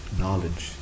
knowledge